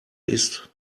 ist